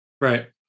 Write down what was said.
Right